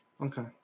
Okay